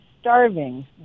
starving